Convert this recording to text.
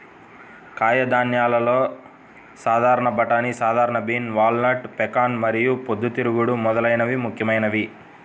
కాయధాన్యాలలో సాధారణ బఠానీ, సాధారణ బీన్, వాల్నట్, పెకాన్ మరియు పొద్దుతిరుగుడు మొదలైనవి ముఖ్యమైనవి